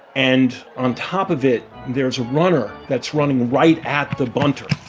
and on top of it, there's a runner that's running right at the bunter.